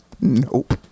Nope